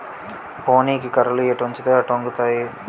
పోనీకి కర్రలు ఎటొంచితే అటొంగుతాయి